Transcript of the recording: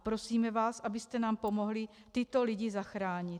Prosíme vás, abyste nám pomohli tyto lidi zachránit.